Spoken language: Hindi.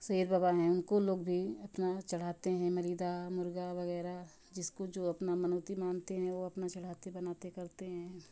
सैयद बाबा है उनको लोग भी अपना चढ़ाते है मरीदा मुर्गा वगैरह जिसको जो अपना मनौती मानते हैं वह अपना चढ़ाते बनाते करते हैं